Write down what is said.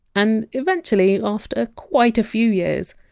and eventually, after quite a few years,